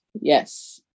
yes